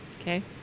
Okay